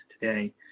today